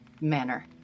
manner